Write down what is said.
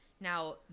Now